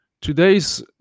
Today's